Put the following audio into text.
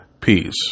Peace